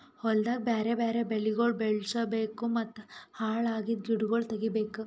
ಹೊಲ್ದಾಗ್ ಬ್ಯಾರೆ ಬ್ಯಾರೆ ಬೆಳಿಗೊಳ್ ಬೆಳುಸ್ ಬೇಕೂ ಮತ್ತ ಹಾಳ್ ಅಗಿದ್ ಗಿಡಗೊಳ್ ತೆಗಿಬೇಕು